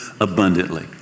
abundantly